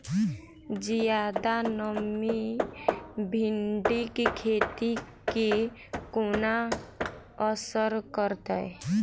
जियादा नमी भिंडीक खेती केँ कोना असर करतै?